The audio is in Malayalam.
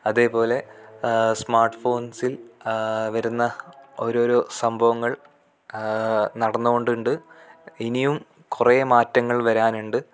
അതേപോലെ സ്മാട്ട്ഫോൺസ്സിൽ വരുന്ന ഓരോരോ സംഭവങ്ങൾ നടന്നോണ്ടിണ്ട് ഇനിയും കുറെ മാറ്റങ്ങൾ വരാനുണ്ട്